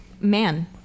man